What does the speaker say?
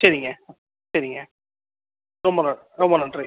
சரிங்க சரிங்க ரொம்ப ந ரொம்ப நன்றி